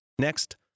Next